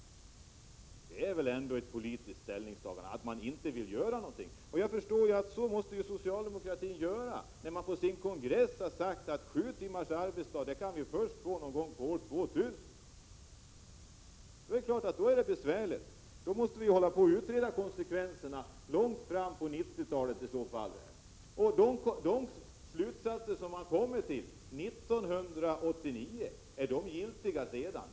Det är väl ändå ett politiskt ställningstagande — att man inte vill göra någonting. Jag förstår att så måste socialdemokratin göra, när man på sin kongress har sagt att sju timmars arbetsdag kan vi få först någon gång år 2000. Då är det givetvis besvärligt, då måste vi hålla på och utreda konsekvenserna långt in på 1990-talet. Och de slutsatser som man kommer till 1989 — är de giltiga sedan?